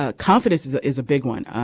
ah confidence is ah is a big one.